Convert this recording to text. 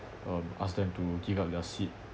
um ask them to give up their seat